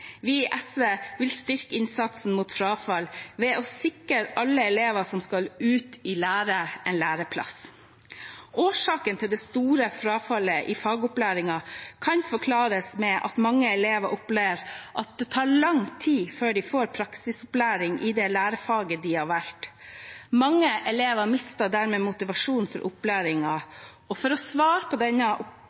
Vi i SV vil styrke innsatsen mot frafall ved å sikre alle elever som skal ut i lære, en læreplass. Årsaken til det store frafallet i fagopplæringen kan forklares med at mange elever opplever at det tar lang tid før de får praksisopplæring i det lærefaget de har valgt. Mange elever mister dermed motivasjonen for opplæringen. For å svare på denne